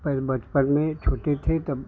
हम बचपन में छोटे थे तब